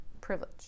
privilege